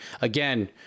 again